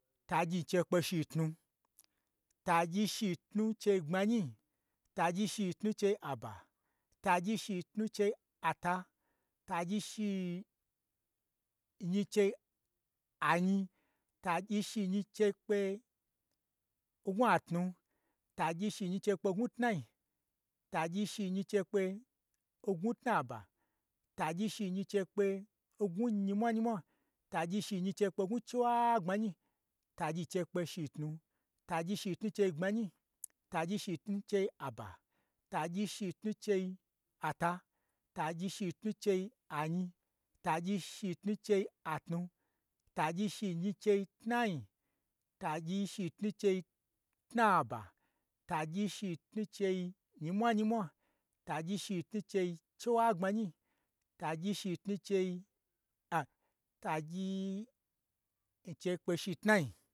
Tagyi n chei kpe shitnu, tagyi shitnu n chei gbmanyi, tagyi shitnu n chei aba, tagyi shitnu n chei ata, tagyi shi nyi chei anyi, tagyi shinyi n chei kpe ngnwu atnu, tagyi shinyi n chei kpe n gnwu tnai, tagyi shinyi n chei kpe n gnwu tnaba, tagyi shinyi n chei kpe n gnwu nyimwa nyimwa, tagyi shinyi n chei kpe n gnwu chiwagbmanyi, tagyi n chei kpe shitnu, tagyi shitnu chei gbmanyi, tagyi shitnu chei aba, tagyi shitnu chei ata, tagyi shitnu chei ata, tagyi shitnu chei anyi, tagyi shitnu chei atnu, tagyi shinyi chei tnai, tagyi shinyi chei tnaba, tagyi shitnu chei nyimwa nyimwa, tagyi shitnu chei chiwagbmanyi, tagyi shitnu cheia, tagyi n chei kpe shi tnai.